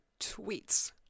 tweets